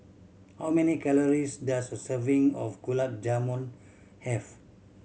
how many calories does a serving of Gulab Jamun have